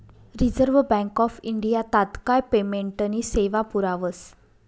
reserve Bank of India तात्काय पेमेंटनी सेवा पुरावस